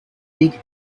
being